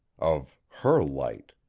of her light.